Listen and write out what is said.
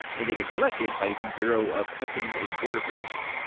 and they get collected by the bureau of customs and border protection.